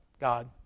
God